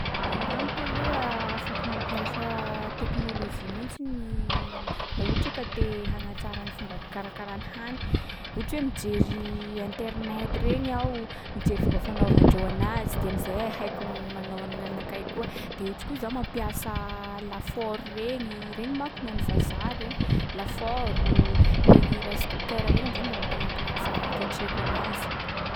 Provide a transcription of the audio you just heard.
Agnamiko aloha afaky mampiasa teknôlôzia mihitsiny laha ohatra ka te hanatsara ny fomba fikarakarany hany. Ohatra hoe mijery internet reny aho, mijery fomba fanaovandreo anazy de am’zay haiko manao an’gn'anakay koa. De ohatry koa zao mampiasa lafaoro regny i, regny manko ny an’ny vazaha regny. lafaoro, regny rice cooker regny am’zay mba mampalakilaky fotoa iketrehiko anazy.